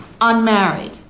unmarried